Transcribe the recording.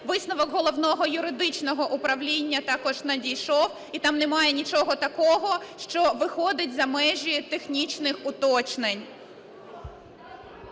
Висновок Головного юридичного управління також надійшов, і там немає нічого такого, що виходить за межі технічних уточнень.